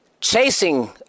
chasing